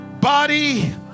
Body